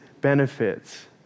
benefits